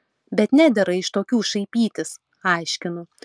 bet nedera iš tokių šaipytis aiškinu